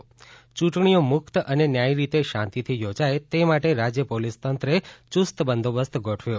ે યૂંટણીઓ મુક્ત અને ન્યાયી રીતે શાંતિથી યોજાય તે માટે રાજ્ય પોલીસ તંત્રે યુસ્ત બંદોબસ્ત ગોઠવ્યો